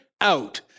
out